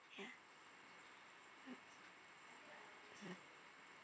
ya um um